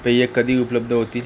पेय कधी उपलब्ध होतील